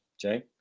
jay